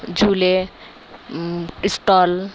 झुले स्टॉल